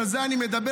על זה אני מדבר,